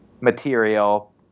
material